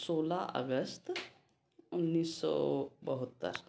सोलह अगस्त उन्नीस सौ बहत्तर